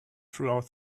throughout